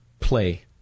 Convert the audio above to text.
play